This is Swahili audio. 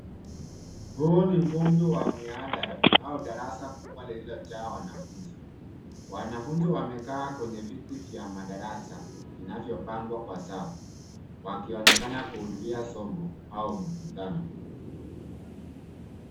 Huu ni ngumvi wa mihadhara au darasa kubwa lililojaa wanafunzi. Wanafunzi waliokaa kwenye viti vya madarasa vinavyopangwa kwa safu wakionekana kuhuduria somo au mkutano.